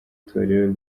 torero